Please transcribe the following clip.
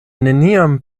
neniam